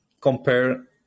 compare